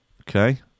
Okay